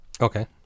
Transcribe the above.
Okay